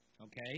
okay